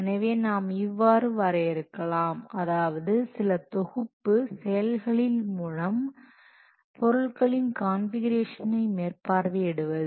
எனவே நாம் இவ்வாறு வரையறுக்கலாம் அதாவது சில தொகுப்பு செயல்களின் மூலம் பொருள்களின் கான்ஃபிகுரேஷனை மேற்பார்வையிடுவது